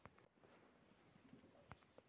हर तरह के व्यवसाय ला आवश्यक हई